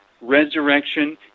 Resurrection